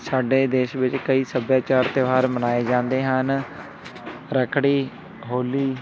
ਸਾਡੇ ਦੇਸ਼ ਵਿੱਚ ਕਈ ਸੱਭਿਆਚਾਰ ਤਿਉਹਾਰ ਮਨਾਏ ਜਾਂਦੇ ਹਨ ਰੱਖੜੀ ਹੋਲੀ